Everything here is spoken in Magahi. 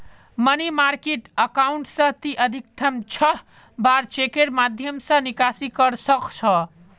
मनी मार्किट अकाउंट स ती अधिकतम छह बार चेकेर माध्यम स निकासी कर सख छ